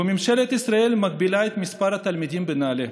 וממשלת ישראל מגבילה את מספר התלמידים בנעל"ה.